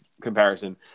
comparison